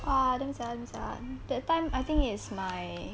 !wah! damn jialat damn jialat that time I think is my